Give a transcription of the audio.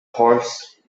horst